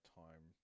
time